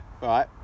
right